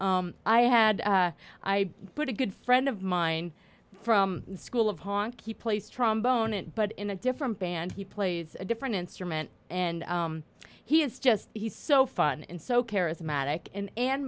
i had i put a good friend of mine from school of honky place trombone and but in a different band he plays a different instrument and he is just he's so fun and so charismatic and man